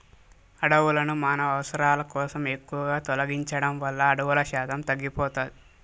అడవులను మానవ అవసరాల కోసం ఎక్కువగా తొలగించడం వల్ల అడవుల శాతం తగ్గిపోతాది